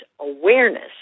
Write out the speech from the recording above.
awareness